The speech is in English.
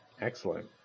Excellent